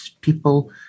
people